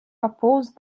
oppose